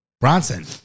Bronson